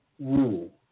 rule